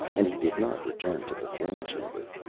and he did not return to the throne chamber.